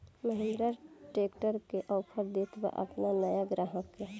Mahindra tractor का offer देत बा अपना नया ग्राहक के?